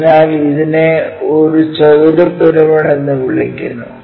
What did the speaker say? അതിനാൽ ഇതിനെ ഒരു ചതുര പിരമിഡ് എന്ന് വിളിക്കുന്നു